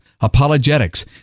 Apologetics